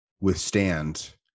withstand